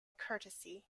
courtesy